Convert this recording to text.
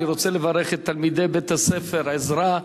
אני רוצה לברך את תלמידי בית-הספר "עזרא"